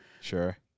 Sure